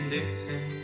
Dixon